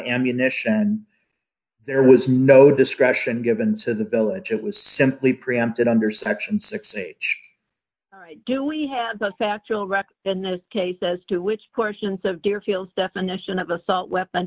ammunition there was no discretion given to the village it was simply preempted under section six age do we have the factual record in those cases to which portions of deerfield definition of assault weapon